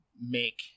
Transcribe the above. make